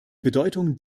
bedeutung